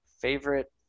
favorite